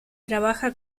trabaja